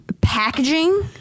Packaging